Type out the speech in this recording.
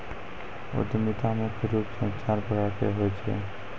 उद्यमिता मुख्य रूप से चार प्रकार के होय छै